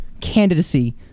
candidacy